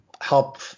help